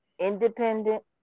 independent